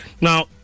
now